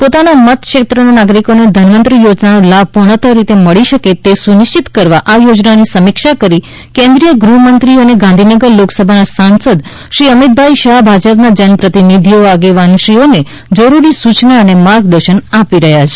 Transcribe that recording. પોતાના મતક્ષેત્રના નાગરિકોને ધન્વંતરી યોજનાનો લાભ પૂર્ણતઃ રીતે મળી શકે તે સુનિશ્ચિત કરવા આ યોજનાની સમીક્ષા કરી કેન્દ્રીય ગૃહમંત્રી અને ગાંધીનગર લોકસભાના સાંસદ શ્રી અમિતભાઇ શાહ ભાજપાના જનપ્રતિનિધિઓ આગેવાનશ્રીઓને જરૂરી સૂચનો અને માર્ગદર્શન આપી રહ્યા છે